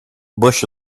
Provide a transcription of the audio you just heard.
bush